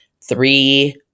three